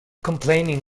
complaining